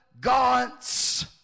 God's